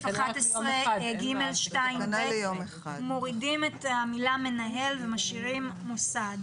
בתקנה 11(ג)(2(ב) מורידים את המילה מנהל ומשאירים מוסד.